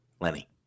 Lenny